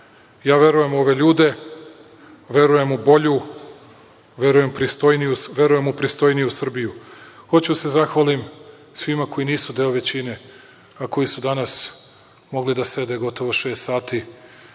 verujem u ove ljude. Verujem u bolju, verujem u pristojniju Srbiju. Hoću da se zahvalim svima koji nisu deo većine, a koji su danas mogli da sede gotovo šest sati